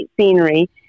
scenery